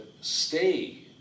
stay